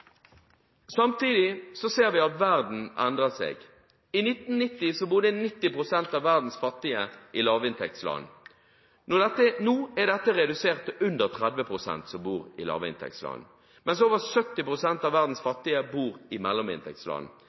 Samtidig ser vi at verden endrer seg. I 1990 bodde 90 pst. av verdens fattige i lavinntektsland. Nå er dette tallet redusert til under 30 pst., mens over 70 pst. av verdens fattige bor i mellominntektsland.